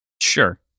Sure